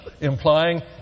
implying